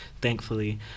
thankfully